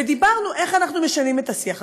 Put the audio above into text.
ודיברנו איך אנחנו משנים את השיח הזה,